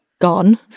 gone